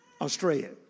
Australia